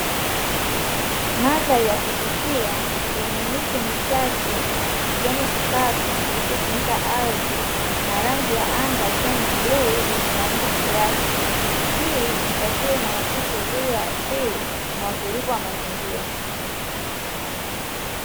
Madhari ya kuvutia yenye miti michache na kijani kikavu kilichofunika ardhi na rangi ya anga ikiwa ni bluu yenye mawingu kiasi. Hii ni taswira inayoakisi uzuri wa asili na utulivu wa mazingira